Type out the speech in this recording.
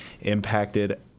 impacted